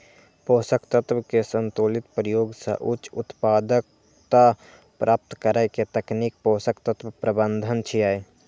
पोषक तत्व के संतुलित प्रयोग सं उच्च उत्पादकता प्राप्त करै के तकनीक पोषक तत्व प्रबंधन छियै